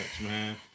man